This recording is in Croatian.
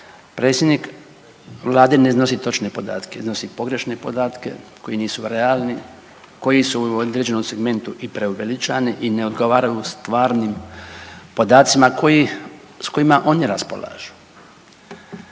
predsjednik Vlade ne iznosi točne podatke, iznosi pogrešne podatke koji nisu realni, koji su u određenom segmentu i preuveličani i ne odgovaraju stvarnim podacima koji, s kojima oni raspolažu.